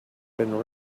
been